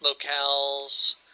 locales